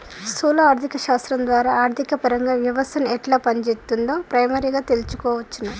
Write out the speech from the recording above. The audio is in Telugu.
స్థూల ఆర్థిక శాస్త్రం ద్వారా ఆర్థికపరంగా వ్యవస్థను ఎట్లా పనిచేత్తుందో ప్రైమరీగా తెల్సుకోవచ్చును